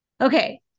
Okay